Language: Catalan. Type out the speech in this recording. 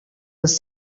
les